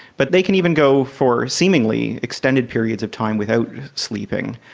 but they can even go for seemingly extended periods of time without sleeping.